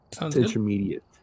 intermediate